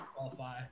qualify